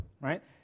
right